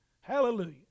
hallelujah